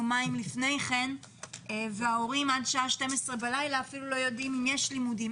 יומיים לפני כן וההורים עד חצות אפילו לא יודעים אם יש לימודים,